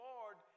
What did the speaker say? Lord